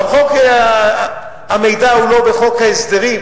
גם חוק המידע הוא לא בחוק ההסדרים,